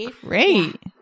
great